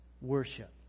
worship